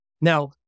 Now